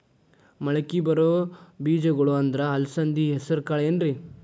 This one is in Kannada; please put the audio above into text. ಮಳಕಿ ಬರೋ ಬೇಜಗೊಳ್ ಅಂದ್ರ ಅಲಸಂಧಿ, ಹೆಸರ್ ಕಾಳ್ ಏನ್ರಿ?